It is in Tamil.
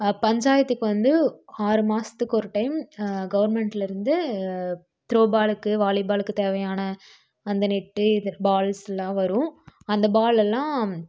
பஞ்சாயத்துக்கு வந்து ஆறு மாசத்துக்கு ஒரு டைம் கவுர்மெண்ட்டுலருந்து த்ரோபாலுக்கு வாலிபாலுக்கு தேவையான அந்த நெட்டு இதற்கு பால்லாம் வரும் அந்த பால் எல்லாம்